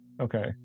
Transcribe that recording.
Okay